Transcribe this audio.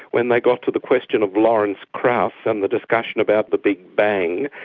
when they got to the question of lawrence krauss and the discussion about the big bang,